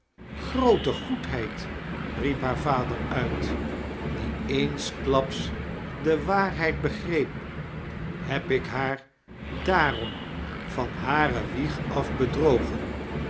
groote goedheid riep haar vader uit die eensklaps de waarheid begreep heb ik haar daarom van hare wieg af bedrogen